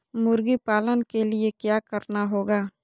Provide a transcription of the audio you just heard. मुर्गी पालन के लिए क्या करना होगा?